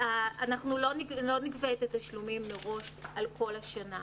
אנחנו לא נגבה את התשלומים מראש על כל השנה.